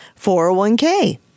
401k